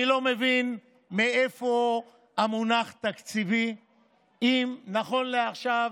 אני לא מבין מאיפה המונח תקציבי אם נכון לעכשיו